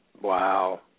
Wow